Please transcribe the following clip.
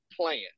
plan